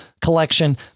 collection